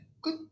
Good